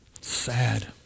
sad